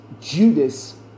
judas